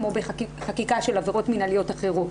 כמו בחקיקה של עבירות מינהליות אחרות